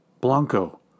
blanco